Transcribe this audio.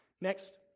Next